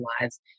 lives